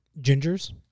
Ginger's